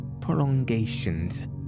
prolongations